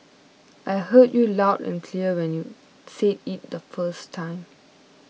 I heard you loud and clear when you said it the first time